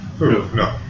No